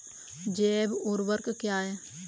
जैव ऊर्वक क्या है?